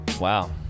Wow